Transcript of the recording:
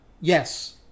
yes